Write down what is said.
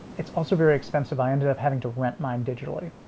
it's also very expensive. i ended up having to rent mine digitally